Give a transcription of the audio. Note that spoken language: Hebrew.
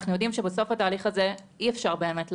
אנחנו יודעים שבסוף התהליך הזה אי אפשר באמת לעבוד,